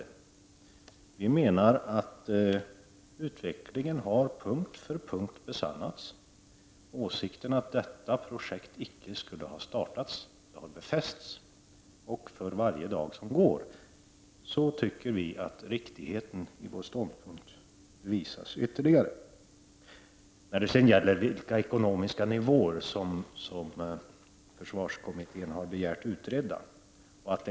Vi menar att utvecklingen på punkt efter punkt besannat vår åsikt att detta projekt icke borde ha startats. För varje dag som går tycker vi att riktigheten i vår ståndpunkt visas ytterligare. Försvarskommittén har begärt att få olika ekonomiska nivåer utredda.